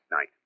night